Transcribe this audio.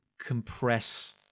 compress